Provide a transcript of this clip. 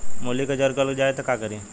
मूली के जर गल जाए त का करी?